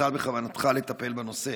כיצד בכוונתך לטפל בנושא?